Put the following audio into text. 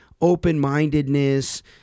open-mindedness